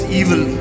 evil